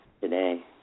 today